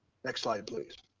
next slide, please.